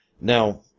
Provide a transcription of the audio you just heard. Now